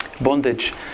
bondage